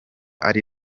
ari